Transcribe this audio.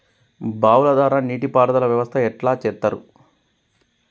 బావుల ద్వారా నీటి పారుదల వ్యవస్థ ఎట్లా చేత్తరు?